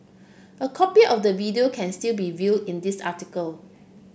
a copy of the video can still be viewed in this article